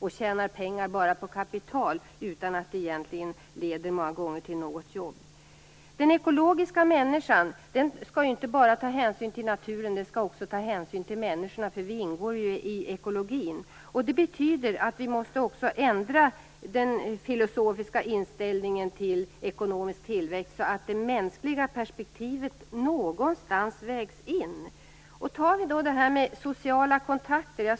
De tjänar pengar bara på kapital, många gånger utan att det egentligen leder till några jobb. Den ekologiska människan skall inte bara ta hänsyn till naturen, utan också till människorna. Vi ingår ju i ekologin. Det betyder att vi också måste ändra den filosofiska inställningen till ekonomisk tillväxt, så att det mänskliga perspektivet någonstans vägs in. Låt oss ta det här med sociala kontakter.